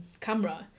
camera